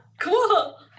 Cool